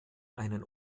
einen